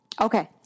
Okay